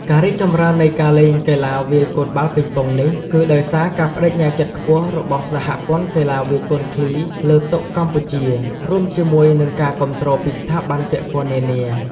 ការរីកចម្រើននៃការលេងកីឡាវាយកូនបាល់ប៉េងប៉ុងនេះ គឺដោយសារការប្ដេជ្ញាចិត្តខ្ពស់របស់សហព័ន្ធកីឡាវាយកូនឃ្លីលើតុកម្ពុជា រួមជាមួយនឹងការគាំទ្រពីស្ថាប័នពាក់ព័ន្ធនានា។